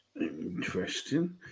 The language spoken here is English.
Interesting